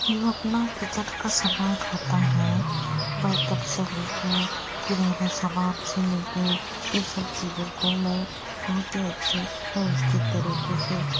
जो अपना किचेन का समान होता है बर्तन से लेके किराना समान से लेके ये सब चीज़ों को मैं बहुत ही अच्छे अवस्थित तरीके से